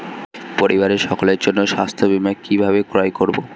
পরিবারের সকলের জন্য স্বাস্থ্য বীমা কিভাবে ক্রয় করব?